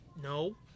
no